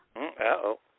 Uh-oh